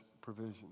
provision